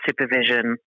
supervision